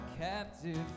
captive